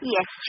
Yes